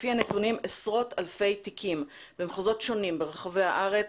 לפי הנתונים עשרות אלפי תיקים במחוזות שונים ברחבי הארץ